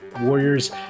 Warriors